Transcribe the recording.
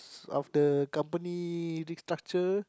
of the company restructure